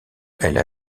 elle